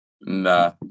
Nah